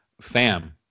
Fam